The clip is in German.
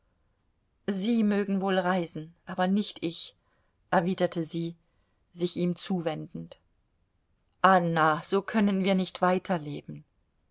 sie mögen wohl reisen aber nicht ich erwiderte sie sich ihm zuwendend anna so können wir nicht weiterleben